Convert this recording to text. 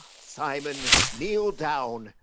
simon, kneel down,